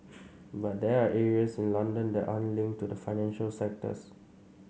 but there are areas in London that aren't linked to the financial sectors